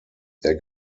der